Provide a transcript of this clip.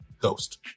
Ghost